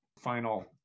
final